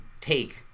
take